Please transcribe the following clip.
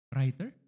Writer